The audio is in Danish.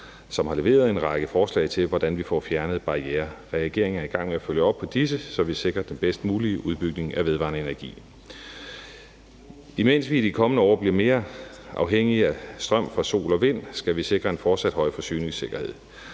som har leveret en række forslag til, hvordan vi får fjernet barrierer. Regeringen er i gang med at følge op på disse, så vi sikrer den bedst mulige udbygning af produktionen af vedvarende energi. Mens vi i de kommende år bliver mere afhængige af strøm fra sol og vind, skal vi sikre en fortsat høj forsyningssikkerhed.